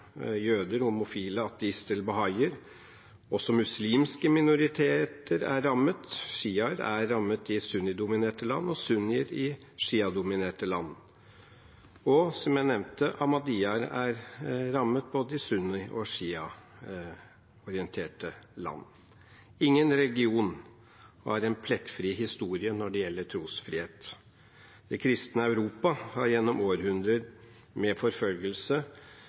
jøder, homofile, ateister eller bahaier, også muslimske minoriteter er rammet. Sjiaer er rammet i sunnidominerte land og sunnier i sjiadominerte land. Og som jeg nevnte, ahmadiyyaer er rammet i både sunni- og sjiaorienterte land. Ingen religion har en plettfri historie når det gjelder trosfrihet. Det kristne Europa har gjennom århundrer hatt forfølgelse